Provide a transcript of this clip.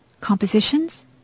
compositions